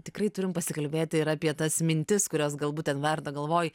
tikrai turim pasikalbėti ir apie tas mintis kurios galbūt ten verda galvoj